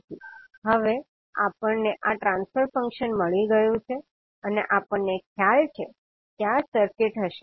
તેથી હવે આપણને આ ટ્રાન્સફર ફંક્શન મળી ગયું છે અને આપણને ખ્યાલ છે કે આ સર્કિટ હશે